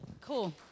Cool